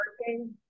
working